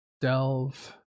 delve